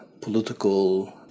political